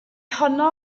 honno